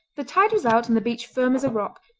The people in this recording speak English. the tide was out and the beach firm as a rock,